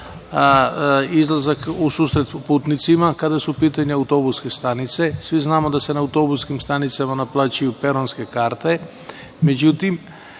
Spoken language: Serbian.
izlazak u susret putnicima, kada su u pitanju autobuske stanice, svi znamo da se na autobuskim stanicama naplaćuju peronske karte,